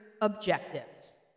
objectives